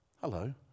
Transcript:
hello